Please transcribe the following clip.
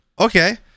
Okay